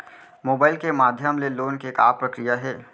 Mobile के माधयम ले लोन के का प्रक्रिया हे?